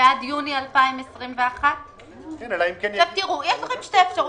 עד יוני 2021. יש לכם שתי אפשרויות: